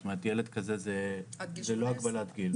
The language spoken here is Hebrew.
זאת אומרת ילד כזה זה לא הגבלת גיל.